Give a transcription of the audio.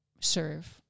serve